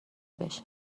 بشه